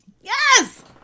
Yes